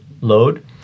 load